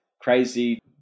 crazy